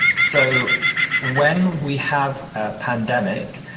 so when we have a pandemic,